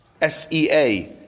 S-E-A